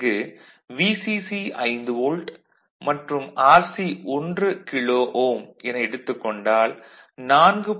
இங்கு Vcc 5 volt மற்றும் Rc 1 kilo ohm என எடுத்துக்கொண்டால் 4